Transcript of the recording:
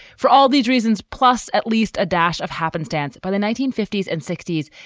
for all these reasons, plus at least a dash of happenstance. by the nineteen fifty s and sixty s,